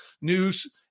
news